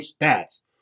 stats